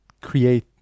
create